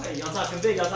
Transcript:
y'all talking big.